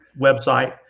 website